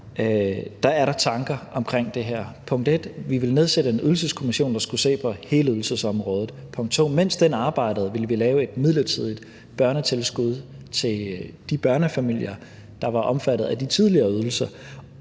er der tanker omkring det her – punkt 1) at vi ville nedsætte en Ydelseskommission, der skulle se på hele ydelsesområdet, og punkt 2) at mens den arbejdede, ville vi lave et midlertidigt børnetilskud til de børnefamilier, der var omfattet af de tidligere ydelser.